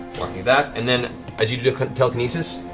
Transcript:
marking that. and then as you do telekinesis.